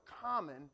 common